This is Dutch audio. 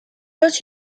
dat